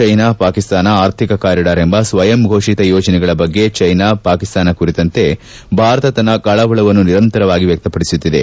China Pakistan ಆರ್ಥಿಕ corridor ಎಂಬ ಸ್ವಯಂಘೋಷಿತ ಯೋಜನೆಗಳ ಬಗ್ಗೆ ಚೈನಾ ಪಾಕಿಸ್ತಾನ ಕುರಿತಂತೆ ಭಾರತ ತನ್ನ ಕಳವಳವನ್ನು ನಿರಂತರವಾಗಿ ವ್ಯಕ್ತಪಡಿಸುತ್ತಿದೆ